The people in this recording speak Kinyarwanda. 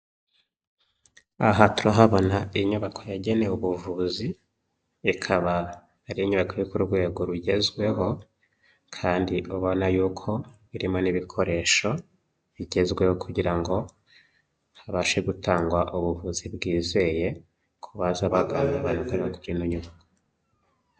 Aha turahabona inyubako yagenewe ubuvuzi, ikaba ari inyubako iri ku rwego rugezweho, kandi ubona yuko irimo n'ibikoresho bigezweho kugira ngo habashe gutangwa ubuvuzi bwizeye ku baza bagana.